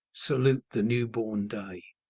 salute the new-born day.